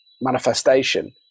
manifestation